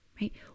right